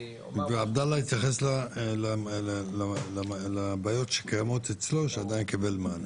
ועבדאלה התייחס לבעיות שקיימות אצלו שעדיין לא קיבל מענה.